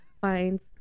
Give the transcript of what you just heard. finds